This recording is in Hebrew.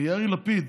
ויאיר לפיד,